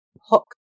hook